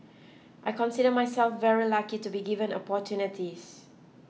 I consider myself very lucky to be given opportunities